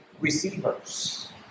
receivers